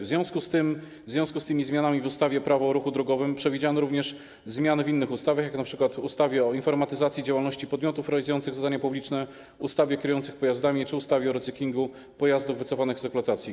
W związku z tymi zmianami w ustawie Prawo o ruchu drogowym przewidziano również zmiany w innych ustawach, np. w ustawie o informatyzacji działalności podmiotów realizujących zadania publiczne, ustawie o kierujących pojazdami czy ustawie o recyklingu pojazdów wycofanych z eksploatacji.